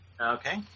Okay